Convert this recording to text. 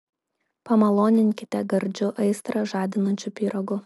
pamaloninkite gardžiu aistrą žadinančiu pyragu